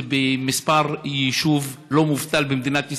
במספר יישובים לא מבוטל במדינת ישראל.